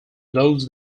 blows